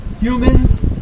humans